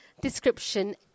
description